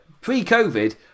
pre-COVID